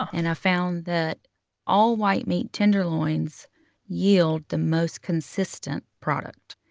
and i found that all-white meat tenderloins yield the most consistent product.